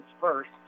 first